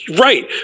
Right